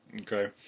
okay